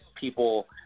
people